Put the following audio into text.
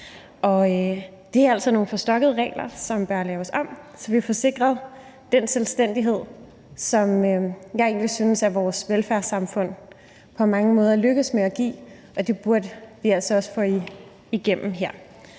det er altså nogle forstokkede regler, som bør laves om, så vi får sikret den selvstændighed, som jeg egentlig synes vores velfærdssamfund på mange måder lykkes med at give, og det burde vi altså også få igennem her.